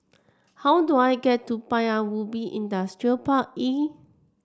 how do I get to Paya Ubi Industrial Park E